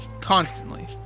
constantly